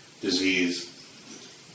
disease